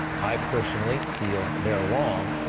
i personally feel they're wrong.